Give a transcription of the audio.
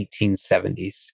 1870s